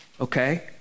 okay